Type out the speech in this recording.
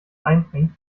einfängt